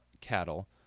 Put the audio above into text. cattle